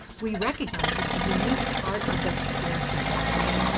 we recognize it's a unique part of the care trajectory,